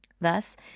Thus